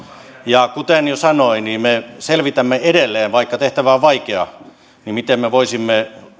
ja kuten jo sanoin niin me selvitämme edelleen vaikka tehtävä on vaikea miten me voisimme